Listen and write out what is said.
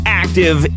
active